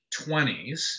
20s